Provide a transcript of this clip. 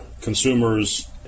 consumers